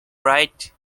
pride